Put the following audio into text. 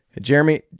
Jeremy